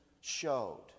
showed